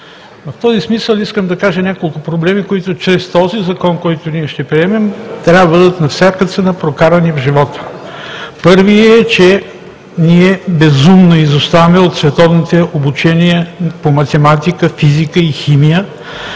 В този смисъл искам да кажа няколко проблема, решенията на които чрез този закон, който ние ще приемем, на всяка цена трябва да бъдат прокарани в живота. Първият е, че ние безумно изоставаме от световните обучения по математика, физика и химия